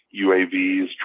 UAVs